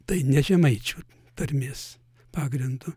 tai ne žemaičių tarmės pagrindu